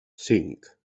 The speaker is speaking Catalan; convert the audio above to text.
cinc